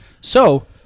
So-